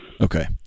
okay